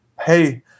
hey